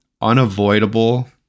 unavoidable